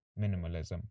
minimalism